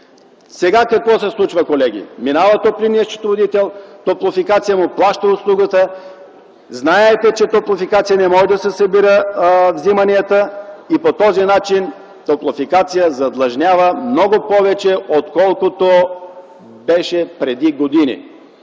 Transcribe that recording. Сега какво се случва, колеги? Минава топлинният счетоводител, „Топлофикация” му плаща услугата. Знаете, че „Топлофикация” не може да си събира вземанията и по този начин „Топлофикация” задлъжнява много повече, отколкото беше преди години.